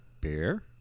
Beer